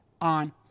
on